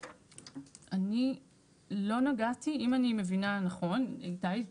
אני לא נגעתי, אם אני מבינה נכון, איתי,